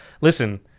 listen